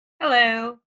Hello